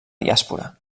diàspora